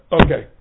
okay